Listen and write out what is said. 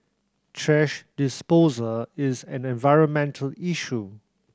thrash disposal is an environmental issue